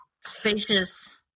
Spacious